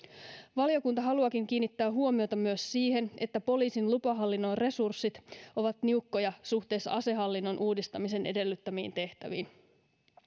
valiokunta haluaakin kiinnittää huomiota myös siihen että poliisin lupahallinnon resurssit ovat niukkoja suhteessa asehallinnon uudistamisen edellyttämiin tehtäviin